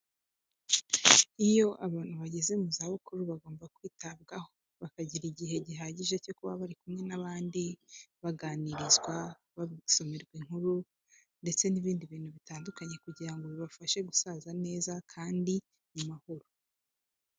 Iyo abantu bageze mu zabukuru bagomba kwitabwaho, bakagira igihe gihagije cyo kuba bari kumwe n'abandi, baganirizwa, basomerwa inkuru, ndetse n'ibindi bintu bitandukanye kugira ngo bibafashe gusaza neza, kandi mu mahoro.